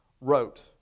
wrote